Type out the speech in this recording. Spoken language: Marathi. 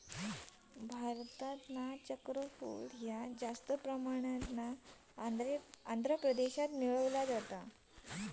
भारतात चक्रफूल जास्त आंध्र प्रदेशात मिळता